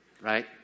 right